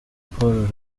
paul